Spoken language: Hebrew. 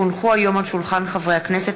כי הונחו היום על שולחן הכנסת,